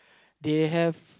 they have